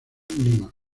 lima